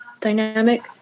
dynamic